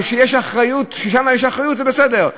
אבל כשיש אחריות, ששם יש אחריות זה בסדר.